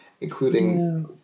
including